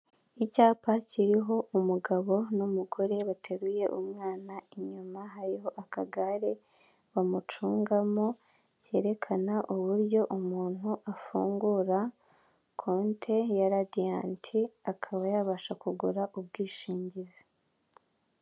Icyapa kiriho umugabo n'umugore bateruye umwana inyuma hariho akagare bamucungamo byerekana uburyo umuntu afungura kote ya radiyati akaba yabasha kugura ubwishingizi.